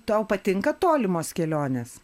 tau patinka tolimos kelionės